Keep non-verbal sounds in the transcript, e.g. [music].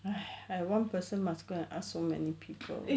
[noise] I one person must go and ask so many people